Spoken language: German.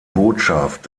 botschaft